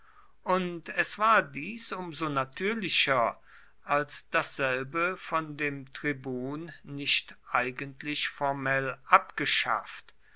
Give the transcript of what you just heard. und es war dies um so natürlicher als dasselbe von dem tribun nicht eigentlich formell abgeschafft